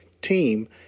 team